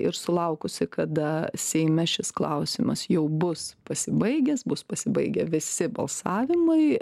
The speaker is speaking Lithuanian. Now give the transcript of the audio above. ir sulaukusi kada seime šis klausimas jau bus pasibaigęs bus pasibaigę visi balsavimai